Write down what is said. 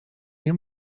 nie